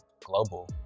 global